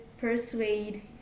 persuade